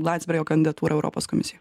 landsbergio kandidatūrą europos komisijoj